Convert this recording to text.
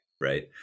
Right